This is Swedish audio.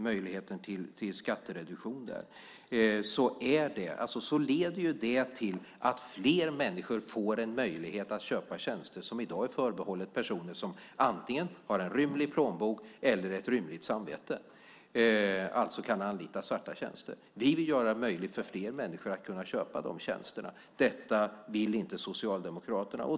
Möjligheten till skattereduktion för hushållsnära tjänster leder till att fler människor får en möjlighet att köpa tjänster som i dag är förbehållna personer som antingen har en rymlig plånbok eller ett rymligt samvete och kan anlita svarta tjänster. Vi vill göra det möjligt för fler människor att kunna köpa de tjänsterna. Det vill inte Socialdemokraterna.